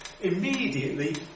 immediately